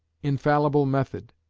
infallible method.